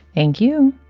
thank you.